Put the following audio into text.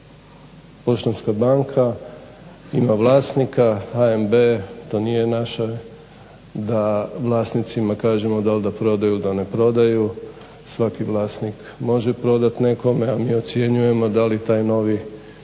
Poštanska banka ima vlasnika, HMB to nije našao da vlasnicima kažemo dal da prodaju ili da ne prodaju. Svaki vlasnik može prodati nekome. Mi ocjenjujemo da li taj novi